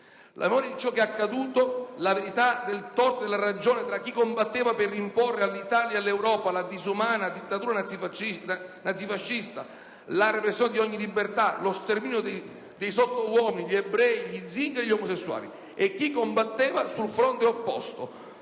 alle proprie posizioni; la verità del torto e della ragione tra chi combatteva per imporre all'Italia e all'Europa la disumana dittatura nazifascista, la repressione di ogni libertà, lo sterminio dei sottouomini, gli ebrei, gli zingari e gli omosessuali, e chi combatteva sul fronte opposto